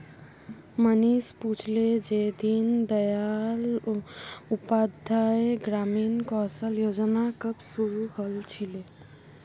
मनीष पूछले जे दीन दयाल उपाध्याय ग्रामीण कौशल योजना कब शुरू हल छिले